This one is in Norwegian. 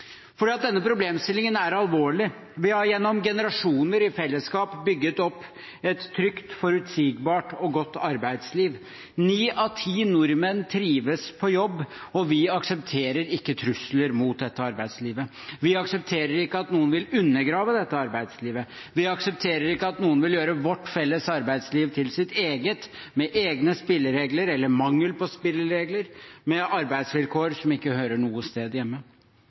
Denne problemstillingen er alvorlig. Vi har gjennom generasjoner i fellesskap bygget opp et trygt, forutsigbart og godt arbeidsliv. Ni av ti nordmenn trives på jobb. Vi aksepterer ikke trusler mot dette arbeidslivet. Vi aksepterer ikke at noen vil undergrave dette arbeidslivet. Vi aksepterer ikke at noen vil gjøre vårt felles arbeidsliv til sitt eget – med egne spilleregler, eller mangel på spilleregler – med arbeidsvilkår som ikke hører noe sted hjemme.